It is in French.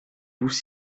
vous